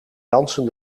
dansen